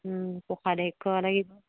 কোষাধক্ষ লাই